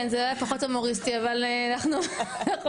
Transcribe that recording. כן זה היה פחות הומוריסטי אבל אנחנו מנסים,